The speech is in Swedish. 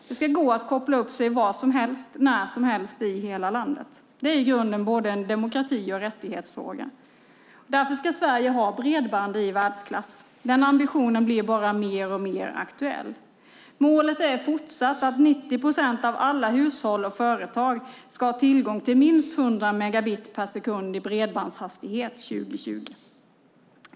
Det ska gå att koppla upp sig var som helst, när som helst, i hela landet. Det är i grunden en både demokrati och rättighetsfråga. Därför ska Sverige ha bredband i världsklass. Den ambitionen blir bara mer och mer aktuell. Målet är fortsatt att 90 procent av alla hushåll och företag ska ha tillgång till minst 100 megabit per sekund i bredbandshastighet år 2020.